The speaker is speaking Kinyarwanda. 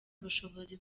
bushobozi